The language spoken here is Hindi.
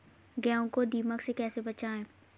गेहूँ को दीमक से कैसे बचाएँ?